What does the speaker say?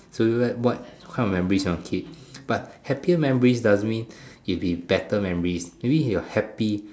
so you like what kind of memories you want to keep but happier memories doesn't mean it will be better memories maybe if you're happy